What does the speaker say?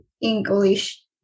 English